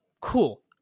Cool